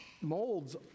molds